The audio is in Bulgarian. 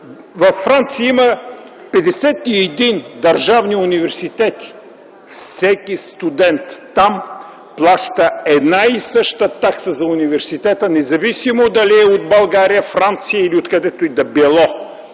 Във Франция има 51 държавни университета. Всеки студент там плаща една и съща такса за университета, независимо дали е от България, Франция или от където и да било.